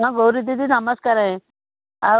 ହଁ ଗୌରୀ ଦିଦି ନମସ୍କାର ଆଉ